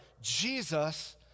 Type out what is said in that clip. Jesus